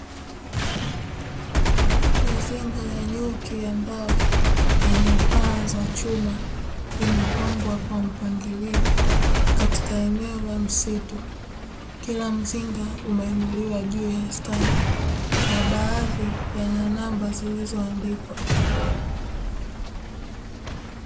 Mizinga ya nyuki ya mbao yenye paa za chuma imepangwa kwa mpangilio katika eneo la msitu, kila mzinga umeinuliwa juu ya standi na baadhi yana namba zilizoandikwa.